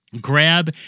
Grab